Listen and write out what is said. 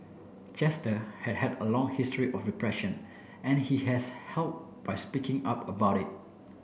Chester had had a long history of depression and he has help by speaking up about it